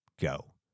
go